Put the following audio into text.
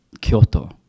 Kyoto